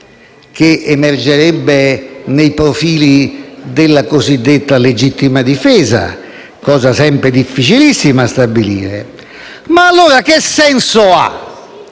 che emergerebbe nei profili della cosiddetta legittima difesa, cosa sempre difficilissima da stabilire. Che senso ha